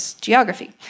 geography